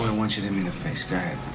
wants you to meet a face guy